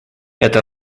это